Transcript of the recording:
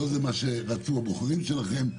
לא זה מה שרצו הבוחרים שלכם,